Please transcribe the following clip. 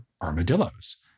armadillos